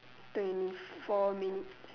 twenty four minutes